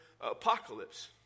apocalypse